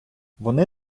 вони